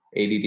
ADD